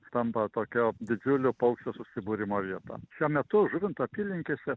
tampa tokia didžiulių paukščių susibūrimo vieta šiuo metu žuvinto apylinkėse